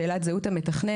שאלת זהות המתכנן.